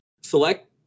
Select